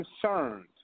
concerned